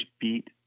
beat